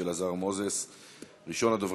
6539,